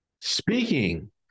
Speaking